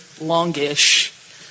longish